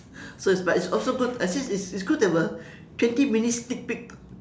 so it's also but it's also good I see it's it's good to have a twenty minutes sneak peek